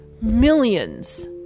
Millions